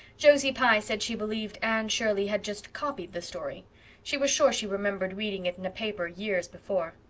josie pye said she believed anne shirley had just copied the story she was sure she remembered reading it in a paper years before.